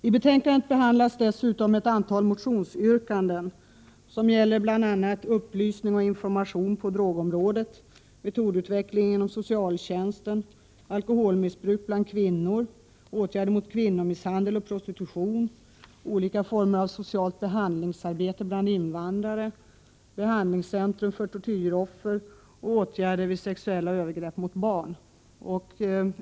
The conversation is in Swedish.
I betänkandet behandlas dessutom ett antal motionsyrkanden som gäller bl.a. upplysning och information på drogområdet, metodutveckling inom socialtjänsten, alkoholmissbruk bland kvinnor, åtgärder mot kvinnomisshandel och prostitution, olika former av socialt behandlingsarbete bland invandrare, behandlingscentrum för tortyroffer och åtgärder mot sexuella övergrepp mot barn.